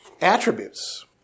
attributes